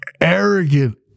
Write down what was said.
arrogant